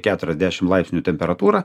keturiasdešim laipsnių temperatūrą